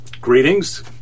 greetings